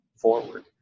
forward